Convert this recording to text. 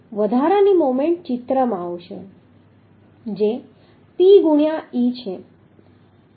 વધારાની મોમેન્ટ ચિત્રમાં આવશે જે P ગુણ્યા e છે